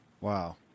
Wow